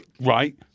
Right